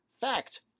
fact